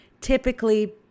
typically